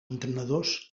entrenadors